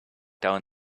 down